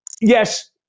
yes